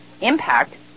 impact